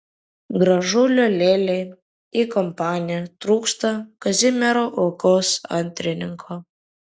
gražulio lėlei į kompaniją trūksta kazimiero uokos antrininko